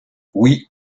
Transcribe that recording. oui